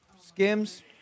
Skims